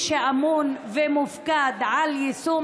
כבוד היושב-ראש,